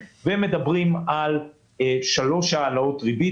ומדברים על שלוש העלאות ריבית,